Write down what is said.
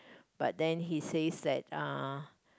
but then he says that uh